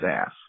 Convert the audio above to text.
ass